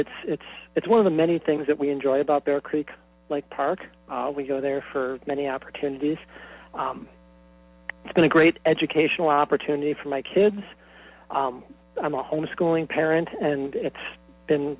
it's it's it's one of the many things that we enjoy about their creek like park we go there for many opportunities it's been a great educational opportunity for my kids i'm a homeschooling parent and it's